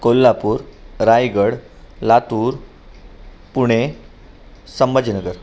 Kolhapur Raigad Latur Pune Sambhajinagar